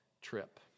trip